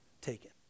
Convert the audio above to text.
taken